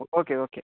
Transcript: okay okay